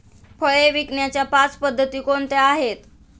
फळे विकण्याच्या पाच पद्धती कोणत्या आहेत?